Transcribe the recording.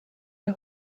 der